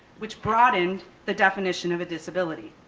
which broadened the definition of a disability.